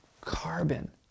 carbon